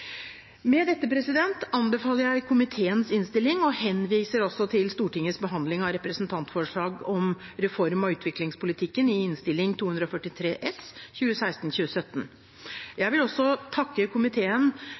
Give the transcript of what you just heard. Med dette anbefaler jeg komiteens innstilling og henviser også til Stortingets behandling av representantforslaget om reform av utviklingspolitikken i Innst. 243 S for 2016–2017. Jeg vil også takke komiteen